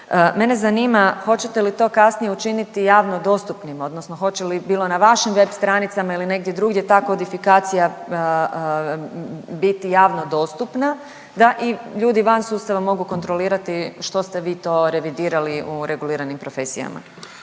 mene zanima hoćete li to kasnije učiniti jasno dostupnim, odnosno hoće li, bilo na vašim web stranicama ili negdje drugdje ta kodifikacija biti jasno dostupna da i ljudi van sustava mogu kontrolirati što ste vi to revidirali u reguliranim profesijama?